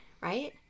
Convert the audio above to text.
right